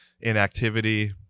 inactivity